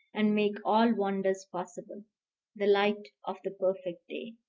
and make all wonders possible the light of the perfect day.